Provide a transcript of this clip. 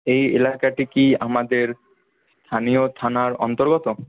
এই এলাকাটি কি আমাদের স্থানীয় থানার অন্তর্গত